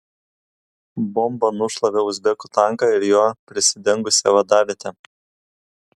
bomba nušlavė uzbekų tanką ir juo prisidengusią vadavietę